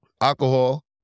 alcohol